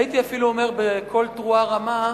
הייתי אפילו אומר בקול תרועה רמה,